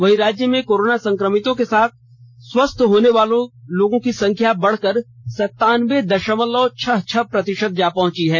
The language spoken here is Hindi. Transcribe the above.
वहीं राज्य में कोरोना संक्रमितों के स्वस्थ होने वाले लोगों की संख्या बढ़कर संतानब्बे दशमलव छह छह प्रतिशत तक जा पहुंची है